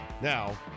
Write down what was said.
Now